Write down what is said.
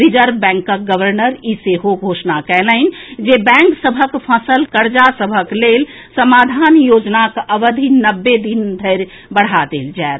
reserve बैंकक governor ई सेहो घोषणा कएलनि जे बैंक सभक फंसल कर्जा सभक लेल समाधान योजनाक अवधि नब्बे दिन धरि बढ़ा देल जाएत